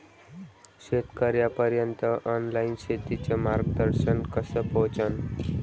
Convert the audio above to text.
शेतकर्याइपर्यंत ऑनलाईन शेतीचं मार्गदर्शन कस पोहोचन?